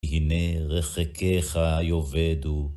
הנה רחקיך יאבדו.